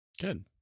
Good